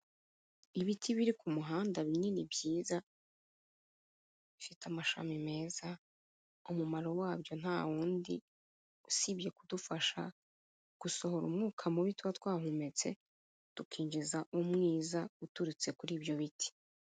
Ibiti biri ku muhanda binini byiza, bifite amashami meza, umumaro wabyo nta wundi, usibye kudufasha gusohora umwuka mubi tuba twahumetse, tukinjiza umwiza uturutse kuri ibyo biti.